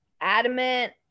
adamant